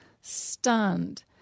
stunned